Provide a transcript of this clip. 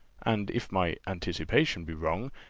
and if my anticipation be wrong,